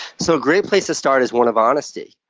so a great place to start is one of honesty,